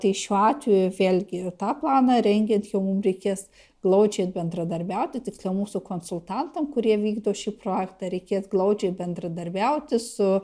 tai šiuo atveju vėlgi tą planą rengiant jau mum reikės glaudžiai bendradarbiauti tiksliau mūsų konsultantam kurie vykdo šį projektą reikės glaudžiai bendradarbiauti su